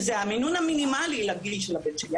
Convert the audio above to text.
וזה המינון המינימלי לגיל של הבן שלי.